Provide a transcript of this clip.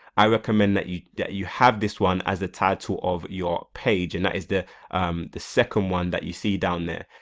i recommend that you that you have this one as a title of your page and that is the um the second one that you see down there.